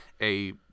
a-